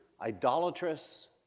idolatrous